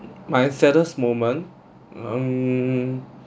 my saddest moment mm